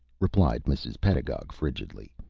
replied mrs. pedagog, frigidly.